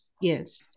Yes